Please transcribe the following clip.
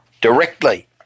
directly